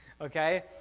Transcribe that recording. okay